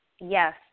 yes